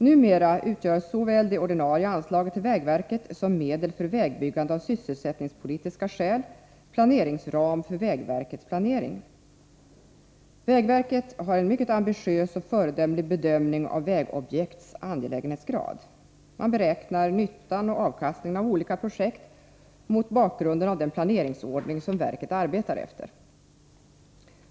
Numera utgör såväl det ordinarie anslaget till vägverket som medel för vägbyggande av sysselsättningspolitiska skäl planeringsram för vägverkets planering. Vägverket har en mycket ambitiös och föredömlig bedömning av vägobjekts angelägenhetsgrad. Man beräknar nyttan och avkastningen av olika projekt mot bakgrund av den planeringsordning som verket arbetar efter.